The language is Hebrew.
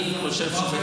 אני חושב שזה,